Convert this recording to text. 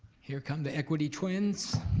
here come the equity twins.